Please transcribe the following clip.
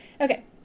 Okay